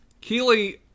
Keely